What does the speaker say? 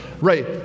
Right